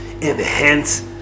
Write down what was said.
enhance